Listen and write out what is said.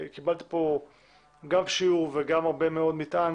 גם שיעור וגם הרבה מאוד מטען